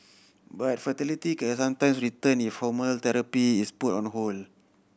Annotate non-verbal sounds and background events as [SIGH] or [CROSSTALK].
but fertility can sometimes return if [UNINTELLIGIBLE] therapy is put on hold